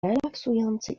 relaksujący